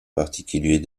particulier